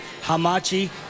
hamachi